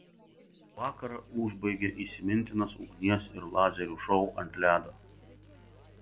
vakarą užbaigė įsimintinas ugnies ir lazerių šou ant ledo